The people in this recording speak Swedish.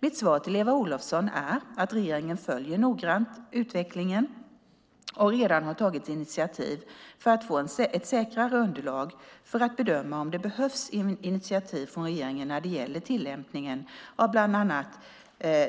Mitt svar till Eva Olofsson är att regeringen följer utvecklingen noggrant och redan har tagit initiativ för att få ett säkrare underlag för att bedöma om det behövs initiativ från regeringen när det gäller tillämpningen av bland annat